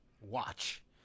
watch